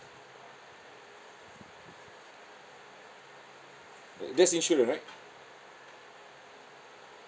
that's insurance right